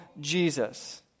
Jesus